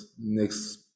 next